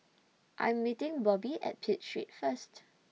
I'm meeting Bobbi At Pitt Street First